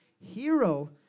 Hero